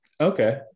Okay